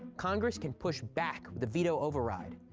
congress can push back the veto override.